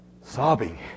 sobbing